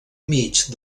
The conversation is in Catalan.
mig